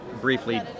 briefly